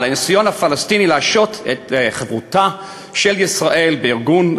על הניסיון הפלסטיני להשעות את חברותה של ישראל בארגון,